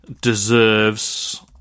deserves